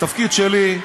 התפקיד שלי,